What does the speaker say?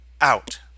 out